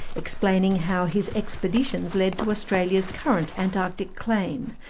explaining how his expeditions led to australia's current antarctic claim,